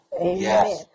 amen